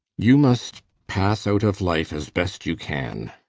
you must pass out of life as best you can.